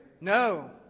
No